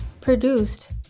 produced